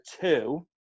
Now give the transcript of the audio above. two